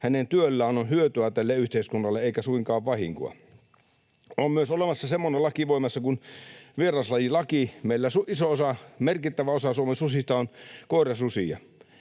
hänen työstään on hyötyä tälle yhteiskunnalle eikä suinkaan vahinkoa. On myös voimassa semmoinen laki kuin vieraslajilaki. Meillä iso osa, merkittävä osa, Suomen susista on koirasusia.